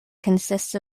consists